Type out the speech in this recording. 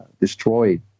destroyed